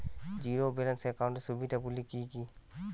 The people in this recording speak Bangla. জীরো ব্যালান্স একাউন্টের সুবিধা গুলি কি কি?